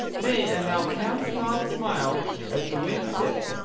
nay, an thou canst not smile as the wind sits,